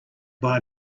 buy